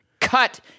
cut